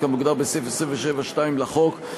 כמוגדר בסעיף 27(2) לחוק,